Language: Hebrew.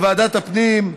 לוועדת הפנים,